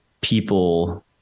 people